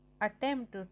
attempt